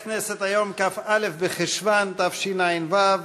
היום על שולחן חברי הכנסת,